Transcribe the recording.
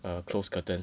err close curtain